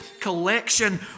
collection